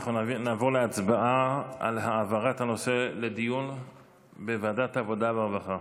אנחנו נעבור להצבעה על העברת הנושא לדיון בוועדת העבודה והרווחה.